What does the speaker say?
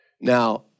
Now